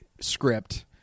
script